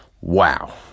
wow